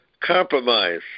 compromise